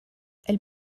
elle